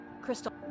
crystal